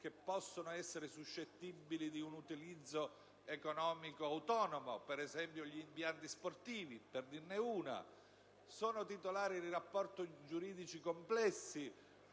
che possono essere suscettibili di un utilizzo economico autonomo, per esempio gli impianti sportivi. Possono essere titolari di rapporti giuridici complessi: